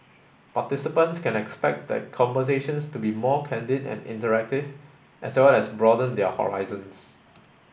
participants can expect the conversations to be more candid and interactive as well as broaden their horizons